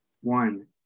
One